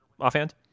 offhand